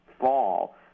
fall